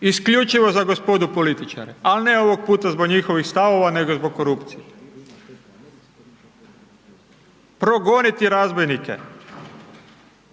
Isključivo za gospodu političare, ali ne ovog puta zbog njihovih stavova nego zbog korupcije. Progoniti razbojnike.